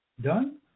done